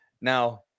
Now